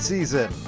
Season